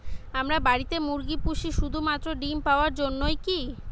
আমরা বাড়িতে মুরগি পুষি শুধু মাত্র ডিম পাওয়ার জন্যই কী?